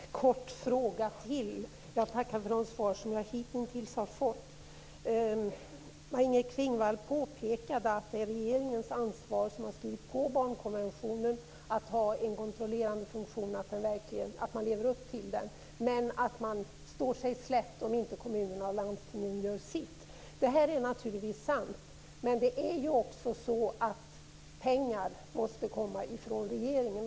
Fru talman! Jag har bara en kort fråga till. Jag tackar för de svar som jag hittills har fått. Maj-Inger Klingvall påpekade att det är regeringens ansvar, eftersom det är regeringen som har skrivit under barnkonventionen, att kontrollera att barnkonventionen efterlevs men att man står sig slätt om inte kommunerna och landstingen gör sitt. Detta är naturligtvis sant. Men det är ju också så att pengar måste komma från regeringen.